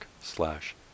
slash